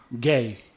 gay